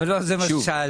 אבל לא זה מה ששאלתי,